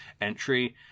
entry